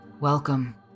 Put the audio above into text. Welcome